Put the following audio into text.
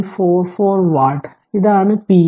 44 watt ഇതാണ് pLmax